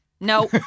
No